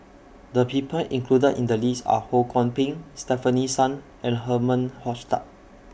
The People included in The list Are Ho Kwon Ping Stefanie Sun and Herman Hochstadt